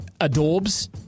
adorbs